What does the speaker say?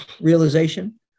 Realization